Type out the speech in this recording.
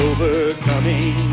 Overcoming